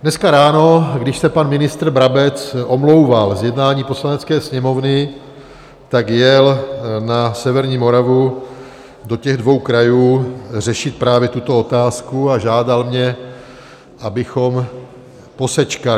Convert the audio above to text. Dneska ráno, když se pan ministr Brabec omlouval z jednání Poslanecké sněmovny, tak jel na severní Moravu do těch dvou krajů řešit právě tuto otázku a žádal mě, abychom posečkali.